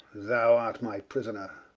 thou art my prisoner.